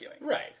Right